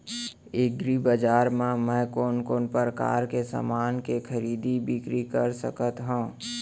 एग्रीबजार मा मैं कोन कोन परकार के समान के खरीदी बिक्री कर सकत हव?